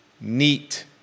NEAT